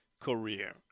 career